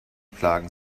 plagen